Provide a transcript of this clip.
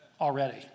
already